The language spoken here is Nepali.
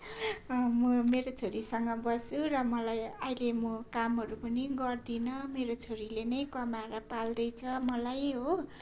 म मेरो छोरीसँग बस्छु र मलाई अहिले म कामहरू पनि गर्दिनँ मेरो छोरीले नै कमाएर पाल्दैछ मलाई हो